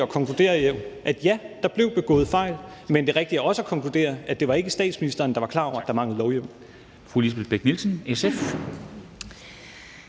at konkludere, at ja, der blev begået fejl; men det er rigtigt også at konkludere, at det ikke var statsministeren, der var klar over, at der manglede lovhjemmel.